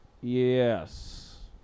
Yes